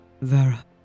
Vera